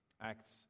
Acts